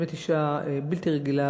באמת אישה בלתי רגילה,